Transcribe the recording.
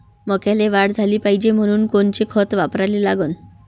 मक्याले वाढ झाली पाहिजे म्हनून कोनचे खतं वापराले लागन?